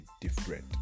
different